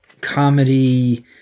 comedy